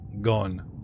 Gone